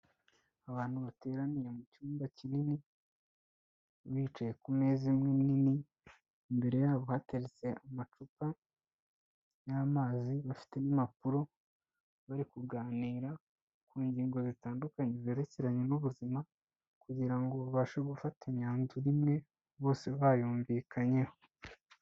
Abantu bateraniye mu cyumba kinini bicaye kumeza imwe nini, imbere yabo hateretse amacupa y'amazi bafite n'impapuro bari kuganira ku ngingo zitandukanye zerekeranye n'ubuzima, kugira ngo babashe gufata imyanzuro imwe bose bayumvikanyeho.